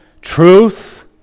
Truth